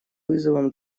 вызовом